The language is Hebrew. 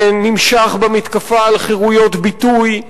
זה נמשך במתקפה על חירויות ביטוי,